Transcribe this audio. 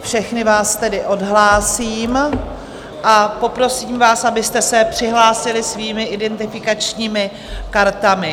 Všechny vás tedy odhlásím a poprosím vás, abyste se přihlásili svými identifikačními kartami.